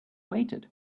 waited